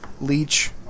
Leech